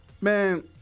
Man